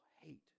hate